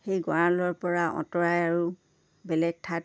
সেই গঁৰালৰ পৰা আঁতৰাই আৰু বেলেগ ঠাইত